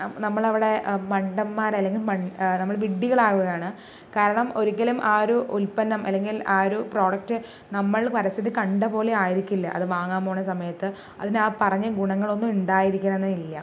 നമ്മളവിടെ മണ്ടന്മാരല്ലെങ്കിൽ നമ്മള് വിഢികളാവുകയാണ് കാരണം ഒരിക്കലും ആ ഒരു ഉൽപ്പന്നം അല്ലെങ്കിൽ ആ ഒരു പ്രോഡക്ട് നമ്മൾ പരസ്യത്തിൽ കണ്ടപോലെ ആയിരിക്കില്ല അത് വാങ്ങാൻ പോണ സമയത്ത് അതിന് ആ പറഞ്ഞ ഗുണങ്ങളൊന്നും ഉണ്ടായിരിക്കണമെന്ന് ഇല്ല